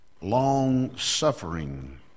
long-suffering